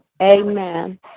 Amen